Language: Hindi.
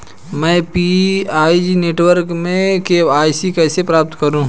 मैं पी.आई नेटवर्क में के.वाई.सी कैसे प्राप्त करूँ?